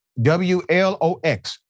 WLOX